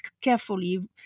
carefully